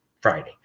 Friday